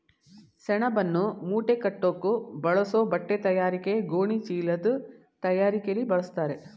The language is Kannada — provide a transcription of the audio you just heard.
ಸೆಣಬನ್ನು ಮೂಟೆಕಟ್ಟೋಕ್ ಬಳಸೋ ಬಟ್ಟೆತಯಾರಿಕೆ ಗೋಣಿಚೀಲದ್ ತಯಾರಿಕೆಲಿ ಬಳಸ್ತಾರೆ